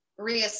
reassess